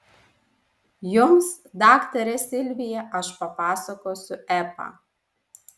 jums daktare silvija aš papasakosiu epą